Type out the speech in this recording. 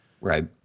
Right